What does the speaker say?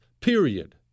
period